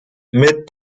mit